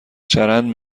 چرند